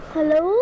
Hello